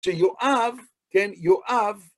שיואב, כן, יואב.